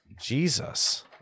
Jesus